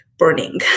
burning